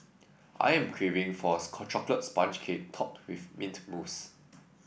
I am craving for a chocolate sponge cake topped with mint mousse